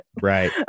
right